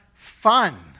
fun